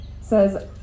says